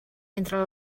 entre